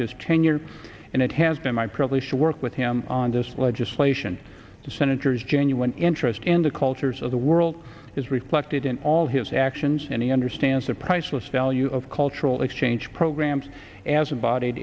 his tenure and it has been my privilege to work with him on this legislation the senator's genuine interest in the cultures of the world is reflected in all his actions and he understands the priceless value of cultural exchange programs a